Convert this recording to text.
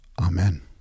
Amen